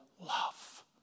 love